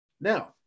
Now